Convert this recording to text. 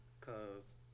cause